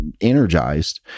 energized